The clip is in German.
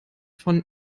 von